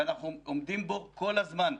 ואנחנו עומדים בו כל הזמן.